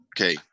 okay